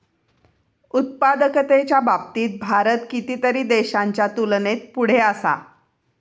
उत्पादकतेच्या बाबतीत भारत कितीतरी देशांच्या तुलनेत पुढे असा